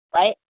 right